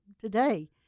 today